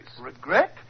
Regret